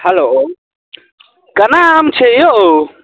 hello केना आम छै यौ